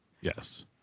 yes